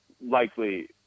likely